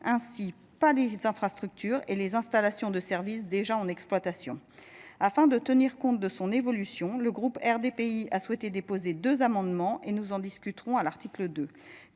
ainsi pas les infrastructures et les installations de service déjà en exploitation afin de tenir compte de son évolution. Le groupe R D P I a souhaité déposer deux amendements et nous en discuterons à l'article